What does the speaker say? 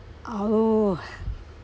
oh